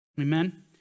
Amen